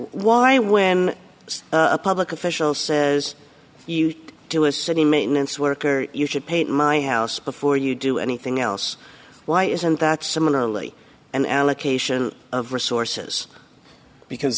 why when a public official says you do a city maintenance worker you should paint my house before you do anything else why isn't that similarly an allocation of resources because